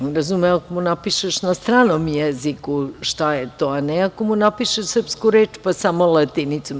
On je razume ako je napišeš na stranom jezikom jeziku šta je to, a ne ako mu napišeš srpsku reč pa samo latinicom.